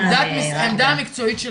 בזום?